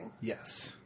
Yes